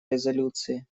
резолюции